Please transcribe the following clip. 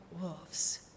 wolves